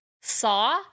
saw